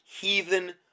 heathen